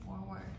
forward